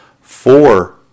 four